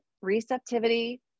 receptivity